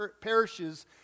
perishes